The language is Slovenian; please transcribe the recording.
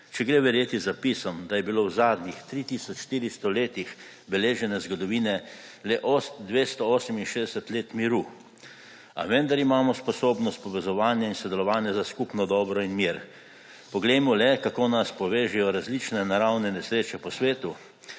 če gre verjeti zapisom, da je bilo v zadnjih 3 tisoč 400 letih beležene zgodovine le 268 let miru. A vendar imamo sposobnost povezovanja in sodelovanja za skupno dobro in mir. Poglejmo le, kako nas povežejo različne naravne nesreče po svetu.